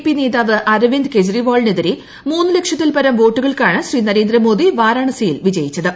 P നേതാവ് അരവിന്ദ് കെജ്രീപ്പാളിനെതിരെ മൂന്നു ലക്ഷത്തിൽപ്പരം വോട്ടുകൾക്കാണ് ശ്രീന്നുർദ്ദമോദി വരാണസിയിൽ വിജയിച്ചത്